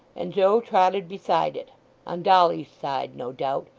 and joe trotted beside it on dolly's side, no doubt,